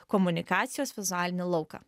komunikacijos vizualinį lauką